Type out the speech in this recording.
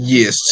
Yes